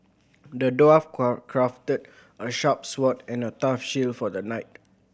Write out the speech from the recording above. the dwarf crafted a sharp sword and a tough shield for the knight